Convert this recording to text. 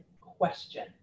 question